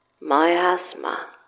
Miasma